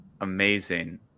amazing